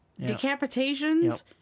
Decapitations